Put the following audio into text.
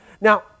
now